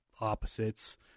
opposites